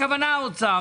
הכוונה האוצר,